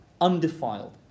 undefiled